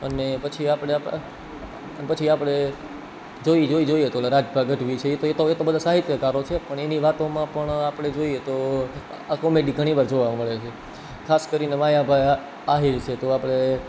અને પછી આપણે જોઈ જોઈ જોઈએ તો ઓલા રાજભા ગઢવી છે એ તો એ તો બધા સાહિત્યકારો છે પણ એની વાતોમાં પણ આપણે જોઈએ તો આ કોમેડી ઘણી વાર જોવા મળે છે ખાસ કરીને માયાભાઈ આહીર છે તો આપણે